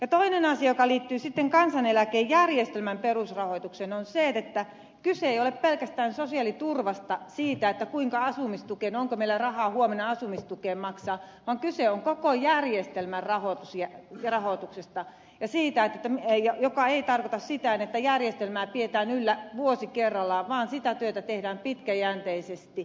toinen asia joka liittyy kansaneläkejärjestelmän perusrahoitukseen on se että kyse ei ole pelkästään sosiaaliturvasta siitä onko meillä rahaa huomenna asumistukea maksaa vaan kyse on koko järjestelmän rahoituksesta mikä ei tarkoita sitä että järjestelmää pidetään yllä vuosi kerrallaan vaan sitä työtä tehdään pitkäjänteisesti